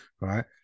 Right